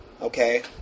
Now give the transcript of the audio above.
okay